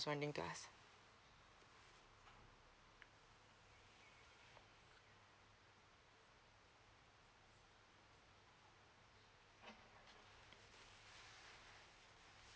just wanting to ask